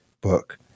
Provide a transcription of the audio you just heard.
book